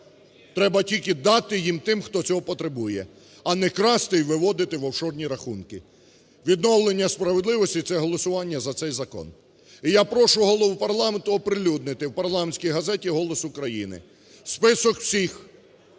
Треба тільки дати їх тим, хто цього потребує, а не красти і виводити в офшорні рахунки. Відновлення справедливості – це голосування за цей закон. І я прошу голову парламенту оприлюднити в парламентській газеті "Голос України" список всіх